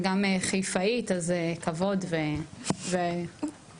וגם חיפאית, אז כבוד ואהבה.